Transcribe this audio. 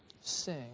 sing